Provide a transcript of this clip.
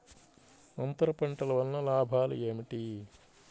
అంతర పంటల వలన లాభాలు ఏమిటి?